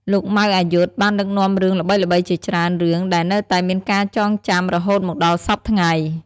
លោក ម៉ៅ អាយុទ្ធ បានដឹកនាំរឿងល្បីៗជាច្រើនរឿងដែលនៅតែមានការចងចាំរហូតមកដល់សព្វថ្ងៃ។